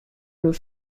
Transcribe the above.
już